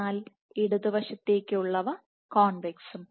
എന്നാൽ ഇടതുവശത്തേക്ക് ഉള്ളവ കോൺവെക്സ്സും